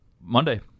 Monday